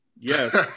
Yes